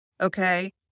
Okay